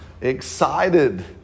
excited